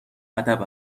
ادب